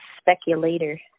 speculator